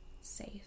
safe